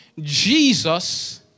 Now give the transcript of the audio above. Jesus